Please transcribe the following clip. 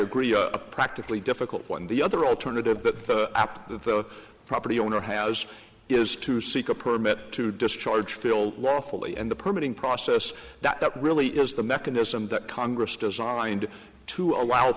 agree practically difficult when the other alternative that up the property owner has is to seek a permit to discharge fill lawfully and the permitting process that really is the mechanism that congress designed to allow